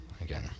again